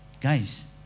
Guys